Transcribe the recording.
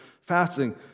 fasting